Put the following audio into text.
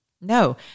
No